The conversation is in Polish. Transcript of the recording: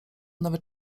nawet